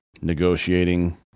negotiating